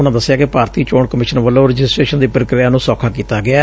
ਉਨਾਂ ਦੱਸਿਆ ਕਿ ਭਾਰਤੀ ਚੋਣ ਕਮਿਸ਼ਨ ਵੱਲੋ ਰਜਿਸਟ੍ੇਸ਼ਨ ਦੀ ਪ੍ਰਕਿਰਿਆ ਨੂੰ ਸੋਖਾ ਕੀਤਾ ਗਿਐ